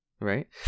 Right